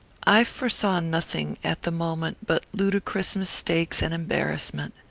i foresaw nothings at the moment, but ludicrous mistakes and embarrassment.